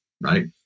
Right